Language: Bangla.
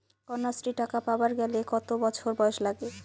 কন্যাশ্রী টাকা পাবার গেলে কতো বছর বয়স লাগে?